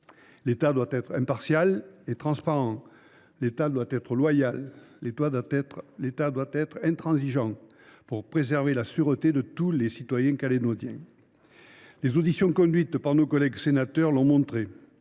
L’État doit être impartial et transparent, l’État doit être loyal, l’État doit être intransigeant, pour préserver la sûreté de tous les citoyens calédoniens. Les auditions conduites par nos collègues l’ont montré